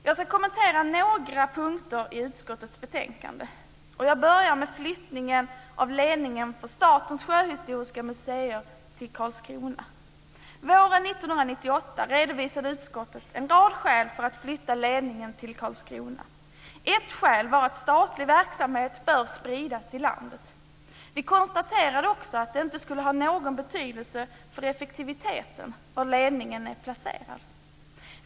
Jag ska kommentera några punkter i utskottets betänkande, och jag börjar med flyttningen av ledningen för Statens sjöhistoriska museer till Karlskrona. Våren 1998 redovisade utskottet en rad skäl för att flytta ledningen till Karlskrona. Ett skäl var att statlig verksamhet bör spridas i landet. Vi konstaterade också att det inte skulle ha någon betydelse för effektiviteten var ledningen är placerad.